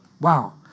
Wow